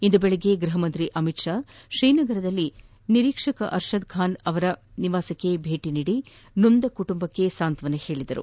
ಇಂದು ಬೆಳಗ್ಗೆ ಗೃಹ ಸಚಿವ ಅಮಿತ್ ಶಾ ತ್ರೀನಗರದಲ್ಲಿ ನಿರೀಕ್ಷಕ ಅರ್ಷದ್ ಖಾನ್ ಅವರ ನಿವಾಸಕ್ಕೆ ಭೇಟಿ ನೀಡಿ ನೊಂದ ಕುಟುಂಬಕ್ಕೆ ಸಾಂತ್ವಾನ ಹೇಳಿದರು